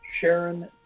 Sharon